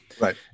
Right